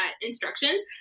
instructions